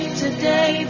today